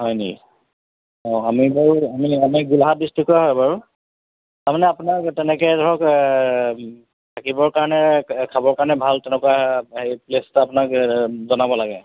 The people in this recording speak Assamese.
হয় নেকি অঁ আমি বাৰু আমি আমি গোলাঘাট ডিষ্ট্ৰিক্টৰে হয় বাৰু তাৰমানে আপোনাক তেনেকৈ ধৰক থাকিবৰ কাৰণে খাবৰ কাৰণে ভাল তেনেকুৱা হেৰি প্লেচ এটা আপোনাক জনাব লাগে